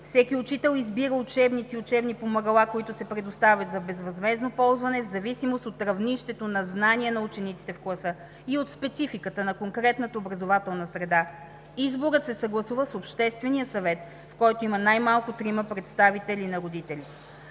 Всеки учител избира учебници и учебни помагала, които се предоставят за безвъзмездно ползване, в зависимост от равнището на знания на учениците в класа и от спецификата на конкретната образователна среда. Изборът се съгласува с Обществения съвет, в който има най-малко трима представители на родителите.